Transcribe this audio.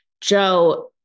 Joe